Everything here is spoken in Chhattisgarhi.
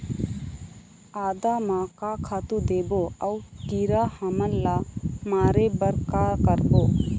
आदा म का खातू देबो अऊ कीरा हमन ला मारे बर का करबो?